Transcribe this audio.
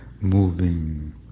moving